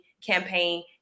campaign